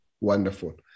Wonderful